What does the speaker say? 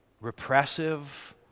repressive